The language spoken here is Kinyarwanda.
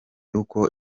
uko